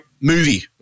movie